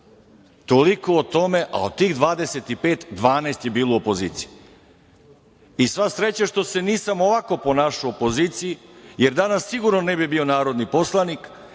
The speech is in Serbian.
Toliko o tome, a od tih 25 12 je bilo u opoziciji i sva sreća što nisam ovako ponašao u opoziciji, jer danas sigurno ne bi bio narodni poslanik